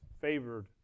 favored